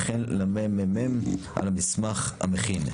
וכן לממ"מ על המסמך המכין.